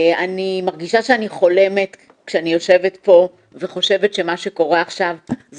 אני מרגישה שאני חולמת כשאני יושבת פה וחושבת שמה שקורה עכשיו אלה